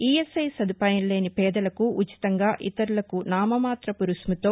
ESI సదుపాయం లేని పేదలకు ఉచితంగా ఇతరులకు నామమాత్రపు రుసుముతో